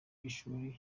y’ishuri